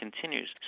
continues